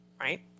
right